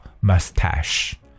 mustache